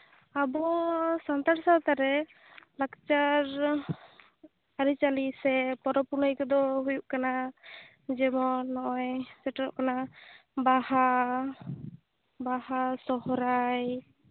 ᱟᱵᱚ ᱥᱟᱱᱛᱟᱲ ᱥᱟᱶᱛᱟ ᱨᱮ ᱞᱟᱠᱪᱟᱨ ᱟᱹᱨᱤᱪᱟᱞᱤ ᱥᱮ ᱯᱚᱨᱚᱵᱽ ᱯᱩᱱᱟᱹᱭ ᱠᱚᱫᱚ ᱦᱩᱭᱩᱜ ᱠᱟᱱᱟ ᱡᱮᱢᱚᱱ ᱱᱚᱜᱼᱚᱭ ᱥᱮᱴᱮᱨᱚᱜ ᱠᱟᱱᱟ ᱵᱟᱦᱟ ᱵᱟᱦᱟ ᱥᱚᱦᱨᱟᱭ